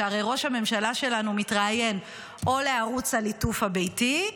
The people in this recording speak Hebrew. שהרי ראש הממשלה שלנו מתראיין או לערוץ הליטוף הביתי,